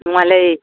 नङालै